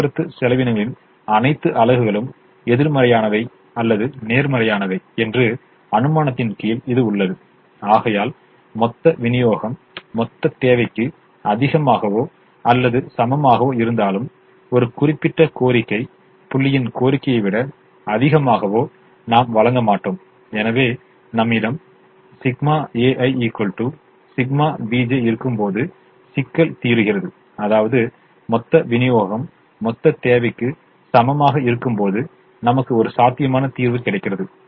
போக்குவரத்து செலவினங்களின் அனைத்து அலகுகளும் எதிர்மறையானவை அல்லது நேர்மறையானவை என்ற அனுமானத்தின் கீழ் இது உள்ளது ஆகையால் மொத்த விநியோகம் மொத்த தேவைக்கு அதிகமாகவோ அல்லது சமமாகவோ இருந்தாலும் ஒரு தனிப்பட்ட கோரிக்கை புள்ளியின் கோரிக்கையை விட அதிகமாக நாம் வழங்க மாட்டோம் எனவே நம்மிடம் ∑ ai ∑ bj இருக்கும்போது சிக்கல் தீருகிறது அதாவது மொத்த விநியோகம் மொத்த தேவைக்கு சமமாக இருக்கும்போது நமக்கு ஒரு சாத்தியமான தீர்வு கிடைக்கிறது